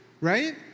Right